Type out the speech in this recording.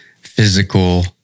physical